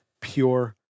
pure